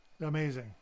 Amazing